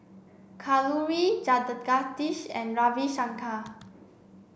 Kalluri Jagadish and Ravi Shankar